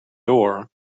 door